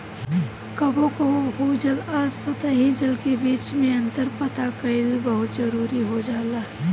कबो कबो भू जल आ सतही जल के बीच में अंतर पता कईल बहुत जरूरी हो जाला